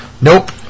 Nope